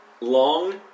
Long